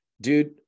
dude